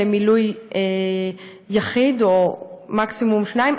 למילוי יחיד או מקסימום שניים,